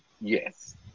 Yes